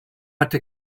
hätte